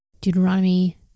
Deuteronomy